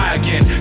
again